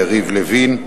יריב לוין,